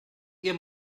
ihr